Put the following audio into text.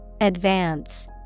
Advance